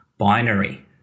binary